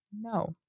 No